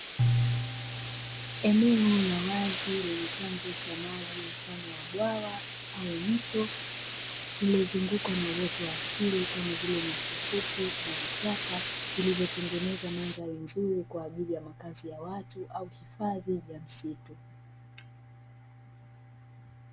Eneo la wazi lenye chanzo cha maji mfano wa bwawa au mto, lililozungukwa na uoto wa asili kama vile nyasi fupi na vichaka, vilivyotengeneza mandhari nzuri kwa ajili ya makazi ya watu, au hifadhi ya msitu.